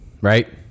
right